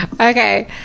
Okay